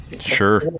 Sure